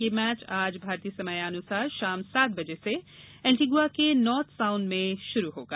यह मैच आज भारतीय समयानुसार शाम सात बजे से एंटीगुआ के नॉर्थ साउंड में शुरू होगा